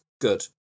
good